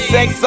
Sex